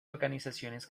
organizaciones